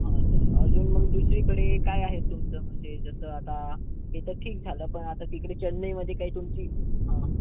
हां चाल अजून मग दुसरीकडे काय आहे तुमचं म्हणजे जसं आता हे तर ठीक झालं पण आता तिकडे चेन्नईमध्ये काही तुमची हां